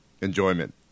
enjoyment